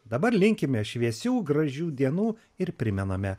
dabar linkime šviesių gražių dienų ir primename